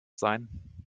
sein